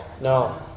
no